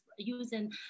using